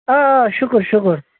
آ آ شُکُر شُکُر